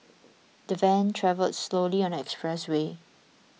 the van travelled slowly on the expressway